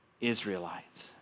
Israelites